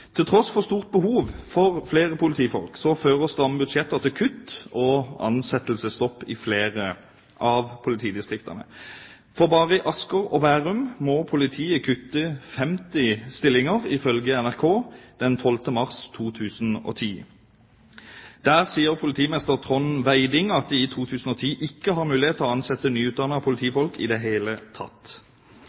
Til tross for stort behov for flere politifolk, fører stramme budsjetter til kutt og ansettelsesstopp i flere av politidistriktene. Bare i Asker og Bærum må politiet kutte 50 stillinger, ifølge NRK den 12. mars 2010. Der sier politimester Torodd Veiding at de i 2010 ikke har mulighet til å ansette nyutdannede politifolk i det hele tatt.